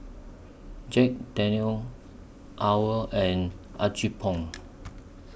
Jack Daniel's OWL and Apgujeong